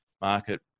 market